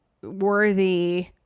worthy